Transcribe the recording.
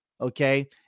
Okay